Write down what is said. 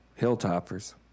Hilltoppers